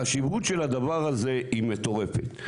החשיבות של הדבר הזה היא מטורפת.